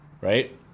right